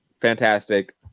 fantastic